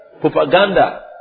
Propaganda